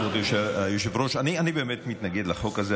כבוד היושב-ראש, אני באמת מתנגד לחוק הזה.